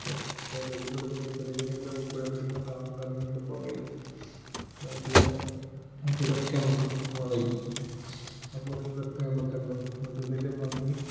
ഉള്ളിൽ കൂടി ചെറിയ ചെറിയ കൊണ്ടു പോകാൻ കഴിയില്ല ബൈക്കിലൂടെ അവിടെയൊക്കെ നമുക്ക് പോകാൻ കഴിയും ആ നമുക്കെന്തോ പ്രകൃതിയുടെ ഭംഗി